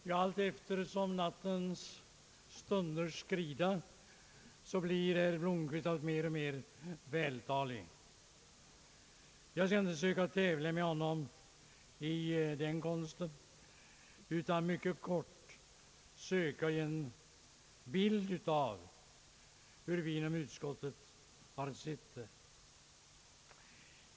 Herr talman! Allteftersom nattens stunder skrider blir herr Blomquist mer och mer vältalig. Jag skall inte söka tävla med honom i den konsten utan skall mycket kort söka ge en bild av hur vi inom utskottet har sett det hela.